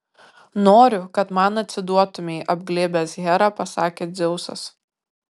noriu kad man atsiduotumei apglėbęs herą pasakė dzeusas